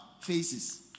faces